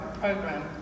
program